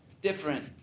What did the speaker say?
different